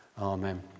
Amen